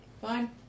Fine